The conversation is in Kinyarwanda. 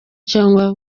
cyangwa